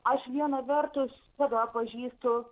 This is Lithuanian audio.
aš viena vertus save pažįstu